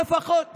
נוכח ענבר בזק,